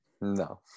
No